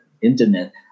internet